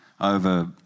over